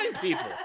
people